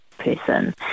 person